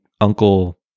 uncle